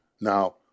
Now